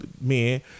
men